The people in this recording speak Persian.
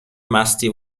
مستی